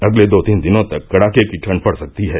अगले दो तीन दिनों तक कड़ाके की ठंड पड़ सकती है